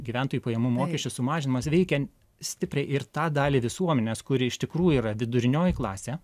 gyventojų pajamų mokesčio sumažinimas veikia stipriai ir tą dalį visuomenės kuri iš tikrųjų yra vidurinioji klasė